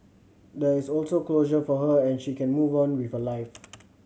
there is also closure for her and she can move on with her life